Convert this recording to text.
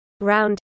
Round